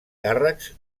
càrrecs